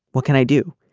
what can i do.